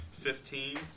Fifteen